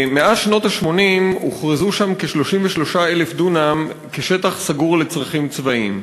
מאז שנות ה-80 הוכרזו שם כ-33,000 דונם כשטח סגור לצרכים צבאיים.